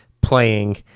playing